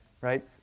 right